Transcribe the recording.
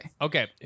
Okay